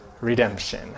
redemption